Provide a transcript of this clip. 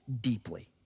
deeply